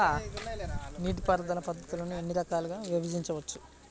నీటిపారుదల పద్ధతులను ఎన్ని రకాలుగా విభజించవచ్చు?